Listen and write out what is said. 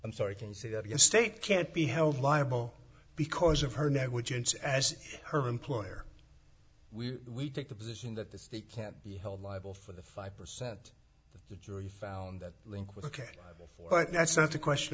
i'm sorry can say that your state can't be held liable because of her negligence as her employer we take the position that the state can't be held liable for the five percent of the jury found that link with ok before but that's not the question